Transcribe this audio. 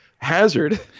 Hazard